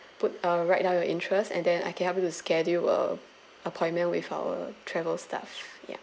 put uh write down your interests and then I can help you to schedule uh appointment with our travel staff yeah